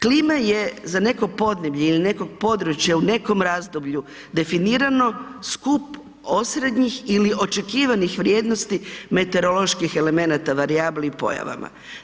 Klima je za neko podneblje ili neko područje u nekom razdoblju definirano skup osrednjih ili očekivanih vrijednosti meteoroloških elemenata, varijabli i pojavama.